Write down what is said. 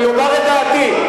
אני אומר את דעתי.